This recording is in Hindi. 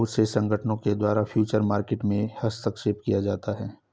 बहुत से संगठनों के द्वारा फ्यूचर मार्केट में हस्तक्षेप किया जाता है